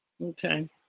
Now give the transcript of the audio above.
okay